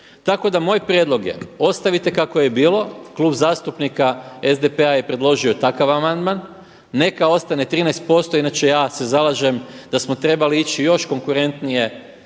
Tako da moj prijedlog je ostavite kako je bilo. Klub zastupnika SDP-a je predložio takav amandman. Neka ostane 13% inače ja se zalažem da smo trebali ići još konkurentnije